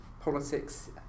politics